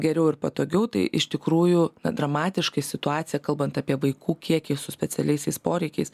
geriau ir patogiau tai iš tikrųjų na dramatiškai situacija kalbant apie vaikų kiekį su specialiaisiais poreikiais